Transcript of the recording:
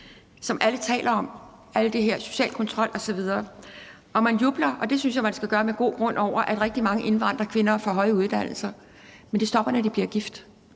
og det handler om alt det her med social kontrol osv., og man jubler, og det synes jeg man skal gøre med god grund, over, at rigtig mange indvandrerkvinder får høje uddannelser. Men det stopper, når de bliver gift.